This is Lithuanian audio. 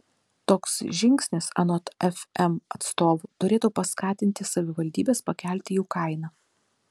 toks žingsnis anot fm atstovų turėtų paskatinti savivaldybes pakelti jų kainą